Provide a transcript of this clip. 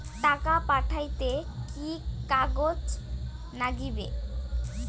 টাকা পাঠাইতে কি কাগজ নাগীবে?